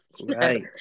right